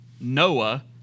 Noah